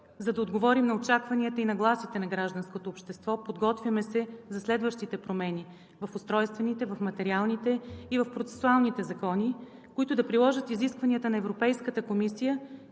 за да отговорим на очакванията и нагласите на гражданското общество, подготвяме се за следващите промени в устройствените, в материалните и в процесуалните закони, които да приложат изискванията на Европейската комисия,